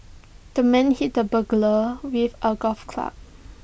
the man hit the burglar with A golf club